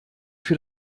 für